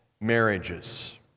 marriages